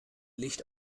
licht